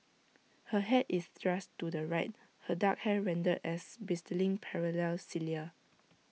her Head is thrust to the right her dark hair rendered as bristling parallel cilia